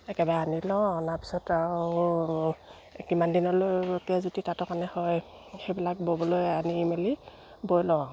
একেবাৰে আনি লওঁ অনাৰ পিছত আৰু কিমান দিনলৈকে যদি তাঁত কাৰণে হয় সেইবিলাক ববলৈ আনি মেলি বৈ লওঁ আৰু